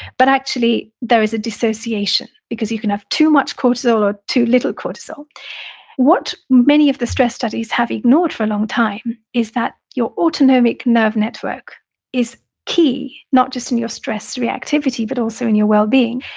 but actually, there is a dissociation because you can have too much cortisol or too little cortisol what many of the stress studies have ignored for a long time is that your autonomic nerve network is key, not just in your stress reactivity but also in your well being.